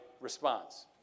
response